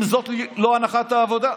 אם זאת לא הנחת העבודה.